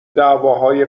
دعویهای